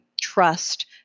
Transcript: trust